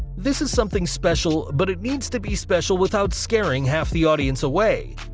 this is something special but it needs to be special without scaring half the audience away.